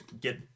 Get